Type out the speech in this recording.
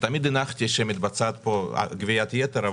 תמיד הנחתי שמתבצעת פה גביית יתר,